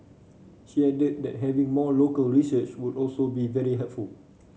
she added that having more local research would also be very helpful